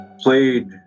played